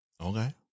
okay